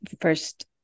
first